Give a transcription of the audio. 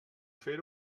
fer